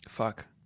Fuck